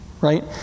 Right